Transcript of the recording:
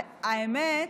והאמת,